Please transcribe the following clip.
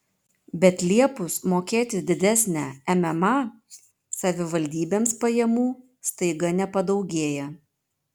bet liepus mokėti didesnę mma savivaldybėms pajamų staiga nepadaugėja